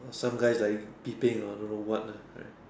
some guys are peeping or I don't know what lah right